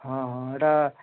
ହଁ ହଁ ହେଟା